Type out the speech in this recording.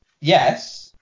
Yes